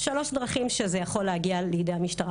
שלושה דרכים שזה יכול להגיע לידי המשטרה.